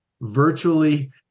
virtually